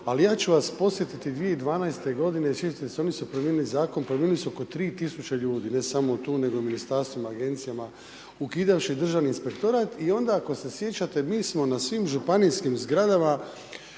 Ali ja ću vas podsjetiti 2012. godine … oni su promijenili zakon, promijenili su oko 3 tisuće ljudi ne samo tu, nego u ministarstvima, agencijama ukidavši Državni inspektorat i onda ako se sjećate mi smo na svim županijskim zgradama,